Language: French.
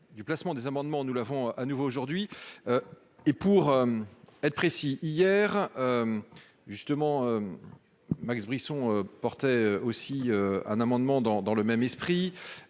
du placement des amendements, nous l'avons à nouveau aujourd'hui et, pour être précis, hier justement Max Brisson portait aussi un amendement dans dans le même esprit,